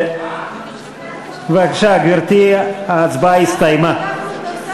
בבקשה, גברתי, ההצבעה הסתיימה.